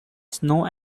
snow